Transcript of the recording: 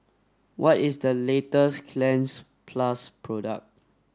what is the latest Cleanz plus product